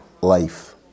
life